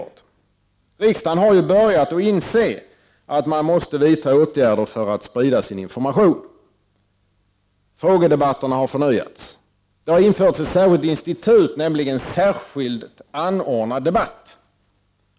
Riksdagen har börjat att inse att man måste vidta åtgärder för att sprida sin information. Frågedebatterna har förnyats. Det har införts ett särskilt institut, nämligen Särskilt anordnad debatt.